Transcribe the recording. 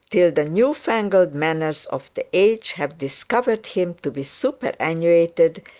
till the new-fangled manners of the age have discovered him to be superannuated,